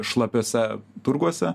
šlapiuose turguose